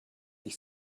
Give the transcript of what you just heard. ich